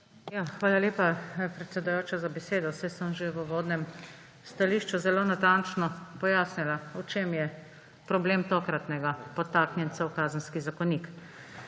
Hvala lepa, predsedujoča, za besedo. Že v uvodnem stališču sem zelo natančno pojasnila, v čem je problem tokratnega podtaknjenca v Kazenski zakonik.